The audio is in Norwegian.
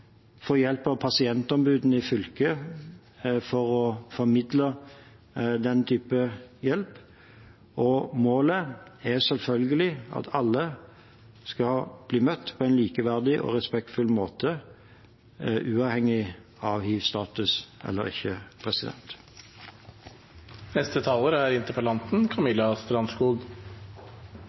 hjelp av pasientombudet i fylket, som formidler den typen hjelp. Målet er selvfølgelig at alle skal bli møtt på en likeverdig og respektfull måte uavhengig av hivstatus. Jeg vil gjerne takke for helseministerens svar, og jeg er